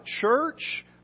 church